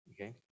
okay